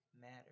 matter